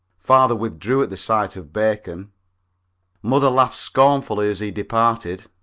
father withdrew at the sight of bacon. mother laughed scornfully as he departed.